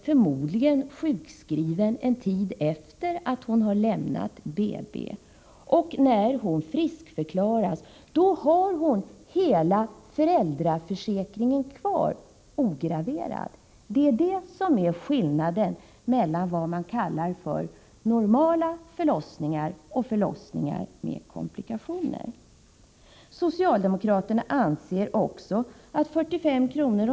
Förmodligen är hon också sjukskriven en tid efter det att hon har lämnat BB, och när hon friskförklaras har hon hela föräldraförsäkringen kvar ograverad. Det är skillnaden mellan vad man kallar normala förlossningar och förlossningar med komplikationer. Socialdemokraterna anser också att 45 kr.